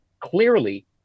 Clearly